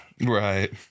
Right